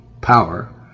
power